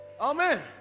Amen